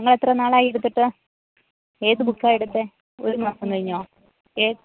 നിങ്ങൾ എത്ര നാളായി എടുത്തിട്ട് ഏത് ബുക്കാണ് എടുത്തത് ഒരു മാസം കഴിഞ്ഞോ